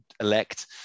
elect